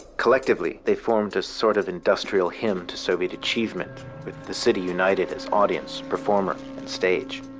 collectively they formed a sort of industrial hymn to soviet achievement with the city united as audience, performer and stage.